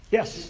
Yes